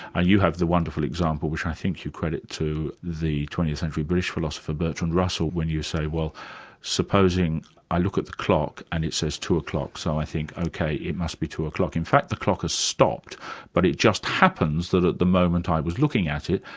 i mean you have the wonderful example, which i think you credit to the twentieth century british philosopher, bertrand russell, when you say, well supposing i look at the clock and it says two o'clock, so i think ok, it must be two o'clock. in fact the clock has stopped but it just happens that at the moment i was looking at it,